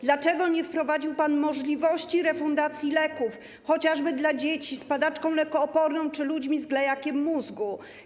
Dlaczego nie wprowadził pan możliwości refundacji leków chociażby dla dzieci z padaczką lekooporną czy osób z glejakiem mózgu?